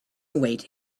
await